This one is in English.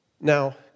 Now